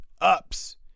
ups